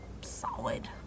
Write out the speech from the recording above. solid